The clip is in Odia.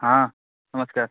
ହଁ ନମସ୍କାର